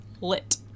lit